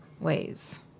ways